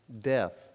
Death